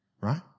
Right